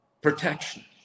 protection